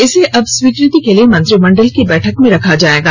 इसे अब स्वीकृति के लिए मंत्रिमंडल की बैठक में रखा जाएगा